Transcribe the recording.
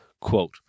quote